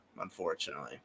unfortunately